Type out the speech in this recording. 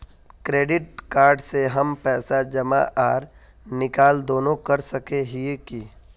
Credit card से हम पैसा जमा आर निकाल दोनों कर सके हिये की?